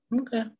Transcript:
okay